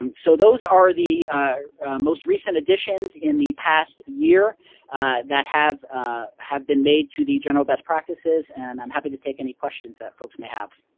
um so those are the most recent additions in the past year that have ah have been made to the general best practices and i'm happy to take any questions that folks may have.